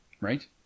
Right